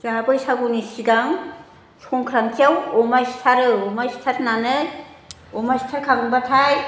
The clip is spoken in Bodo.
जाहा बैसागुनि सिगां संख्रान्थियाव अमा सिथारो अमा सिथारनानै अमा सिथारखांब्लाथाय